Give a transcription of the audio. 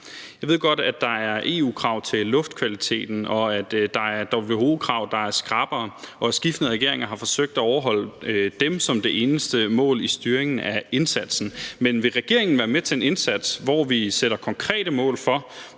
Jeg ved godt, at der er EU-krav til luftkvaliteten, og at der er WHO-krav der er skrappere. Og skiftende regeringer har forsøgt at overholde dem som det eneste mål i styringen af indsatsen. Men vil regeringen være med til en indsats, hvor vi sætter konkrete mål for,